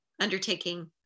undertaking